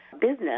business